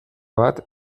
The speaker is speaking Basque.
bat